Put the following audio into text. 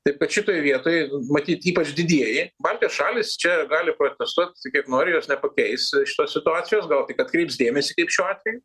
taip kad šitoj vietoj matyt ypač didieji baltijos šalys čia gali protestuot kaip nori jos nepakeis šitos situacijos gal tik atkreips dėmesį kaip šiuo atveju